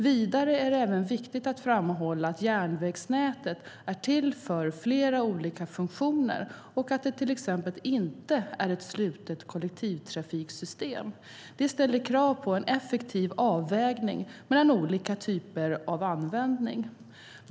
Vidare är det viktigt att framhålla att järnvägsnätet är till för flera olika funktioner och att det till exempel inte är ett slutet kollektivtrafiksystem. Det ställer krav på en effektiv avvägning mellan olika typer av användning.